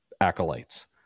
acolytes